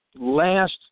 last